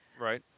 Right